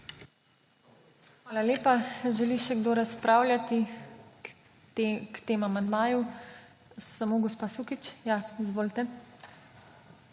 Hvala lepa. Želi še kdo razpravljati k temu amandmaju? Samo gospa Sukič? Izvolite.